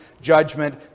judgment